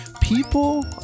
People